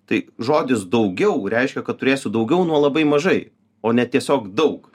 tai žodis daugiau reiškia kad turėsiu daugiau nuo labai mažai o ne tiesiog daug